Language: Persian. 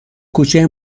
کوچه